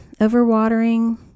overwatering